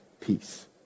peace